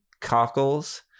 Cockles